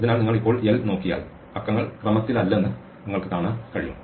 അതിനാൽ നിങ്ങൾ ഇപ്പോൾ l നോക്കിയാൽ അക്കങ്ങൾ ക്രമത്തിലല്ലെന്ന് നിങ്ങൾക്ക് കാണാൻ കഴിയും